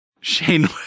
Shane